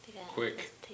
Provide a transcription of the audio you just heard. Quick